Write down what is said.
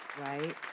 right